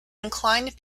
inclined